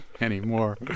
Anymore